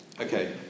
Okay